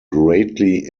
greatly